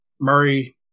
Murray